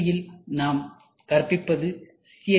கல்வியில் நாம் கற்பிப்பது சி